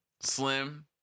Slim